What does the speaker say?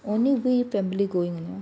only we family going you know